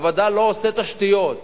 הווד"ל לא עושה תשתיות,